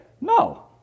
No